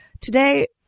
Today